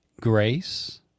Grace